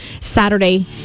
Saturday